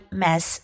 mess